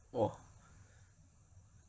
oh